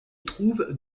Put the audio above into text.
trouve